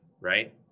right